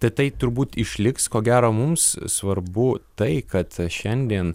tatai turbūt išliks ko gero mums svarbu tai kad šiandien